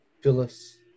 Phyllis